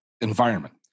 environment